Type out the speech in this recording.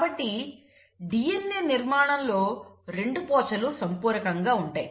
కాబట్టి DNA నిర్మాణంలో రెండు పోచలు సంపూరకంగా ఉంటాయి